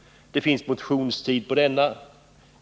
och det finns motionstid för denna.